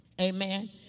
Amen